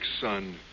son